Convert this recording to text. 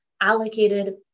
allocated